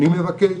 אני מבקש,